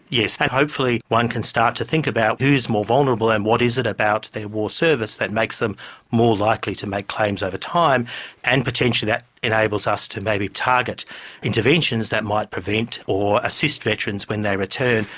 yes, and hopefully one can start to think about who is more vulnerable and what is it about their war service that makes them more likely to make claims over time and potentially that enables us to maybe target interventions that might prevent or assist veterans when they return.